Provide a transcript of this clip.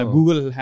Google